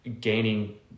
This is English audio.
gaining